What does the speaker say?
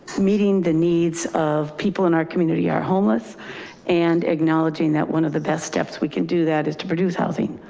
meeting the needs of people in our community are homeless and acknowledging that one of the best steps we can do that is to produce housing.